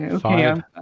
five